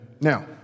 Now